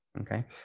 okay